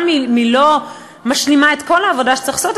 גם אם היא לא משלימה את כל העבודה שצריך לעשות,